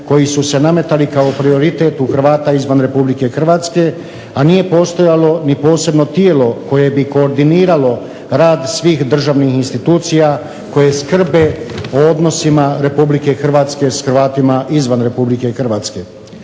koji su se nametali kao prioritet u Hrvata izvan Republike Hrvatske, a nije postojalo ni posebno tijelo koje bi koordiniralo rad svih državnih institucija koje skrbe o odnosima Republike Hrvatske sa Hrvatima izvan Republike Hrvatske.